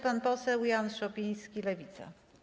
Pan poseł Jan Szopiński, Lewica.